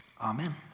Amen